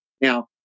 Now